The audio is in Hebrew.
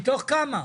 מתוך כמה?